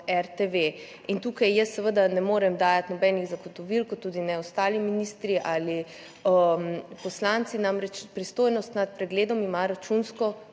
RTV. In tukaj jaz seveda ne morem dajati nobenih zagotovil, kot tudi ne ostali ministri ali poslanci, namreč pristojnost nad pregledom ima Računsko